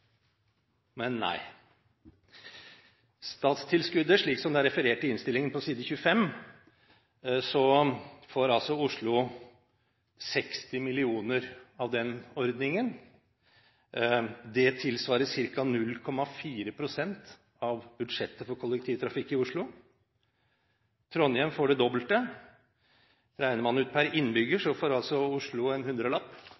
Men nei. Av statstilskuddet, slik det er referert i innstillingen på side 25, får Oslo 60 mill. kr av den ordningen. Det tilsvarer ca. 0,4 pst. av budsjettet for kollektivtrafikk i Oslo. Trondheim får det dobbelte. Regner man ut per innbygger,